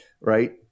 right